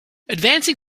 advancing